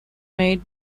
made